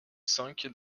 cinq